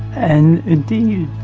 and indeed,